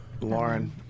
Lauren